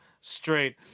straight